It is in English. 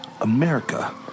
America